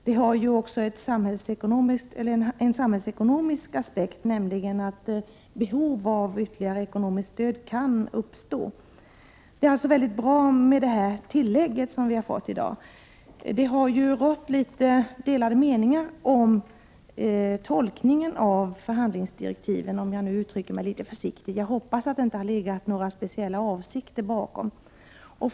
Detta har ju även en samhällsekonomisk aspekt, nämligen att behov av ytterligare ekonomiskt stöd kan uppstå. Det är alltså bra med det tillägg som vi har fått av jordbruksministern i dag. Det har ju rått något delade meningar om tolkningen av förhandlingsdirektiven, för att uttrycka det litet försiktigt. Jag hoppas att det inte har funnits några speciella avsikter bakom detta.